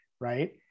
right